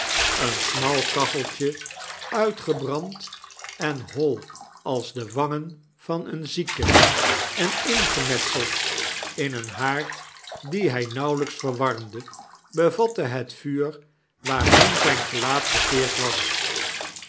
een smal kacheltje uitgebrand en hoi als de wangen van een zieke en ingemetseld in een haard dien hij nauwelijks verwarmde bevatte het yuur waarheen zijn gelaat gekeerd was